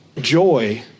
Joy